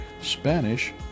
Spanish